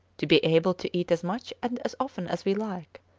to be able to eat as much and as often as we like.